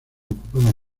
ocupadas